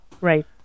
Right